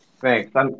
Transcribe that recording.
Thanks